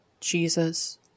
Jesus